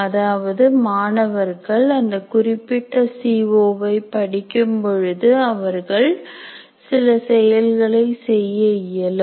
அதாவது மாணவர்கள் அந்த குறிப்பிட்ட சிஓ வை படிக்கும் பொழுது அவர்கள் சில செயல்களை செய்ய இயலும்